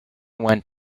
went